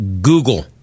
Google